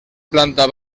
planta